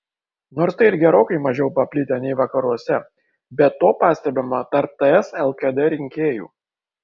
nors tai ir gerokai mažiau paplitę nei vakaruose bet to pastebima tarp ts lkd rinkėjų